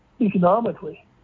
economically